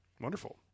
Wonderful